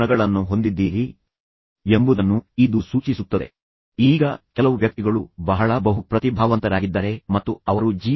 ಅವರು ಕೋಪಗೊಂಡಿದ್ದರೆ ಮೊದಲು ನೀವು ಅವರನ್ನು ತಂಪಾಗಿಸಲು ಪ್ರಯತ್ನಿಸಬೇಕು ನಂತರ ಅವರೊಂದಿಗೆ ಮಾತುಕತೆ ಆರಂಭಿಸಿ